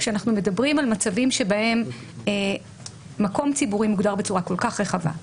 כשאנחנו מדברים על מצבים שבהם מקום ציבורי מוגדר בצורה כל כך רחבה,